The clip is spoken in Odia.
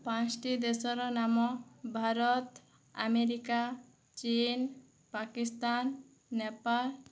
ପାଞ୍ଚୋଟି ଦେଶର ନାମ ଭାରତ ଆମେରିକା ଚିନ୍ ପାକିସ୍ତାନ ନେପାଳ